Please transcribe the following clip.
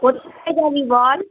কোথায় যাবি বল